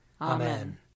Amen